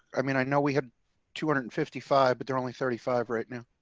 i mean, i know we had two hundred and fifty five but they're only thirty five right now.